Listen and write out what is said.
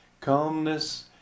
Calmness